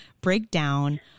breakdown